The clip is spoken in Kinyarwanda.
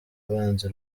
abanza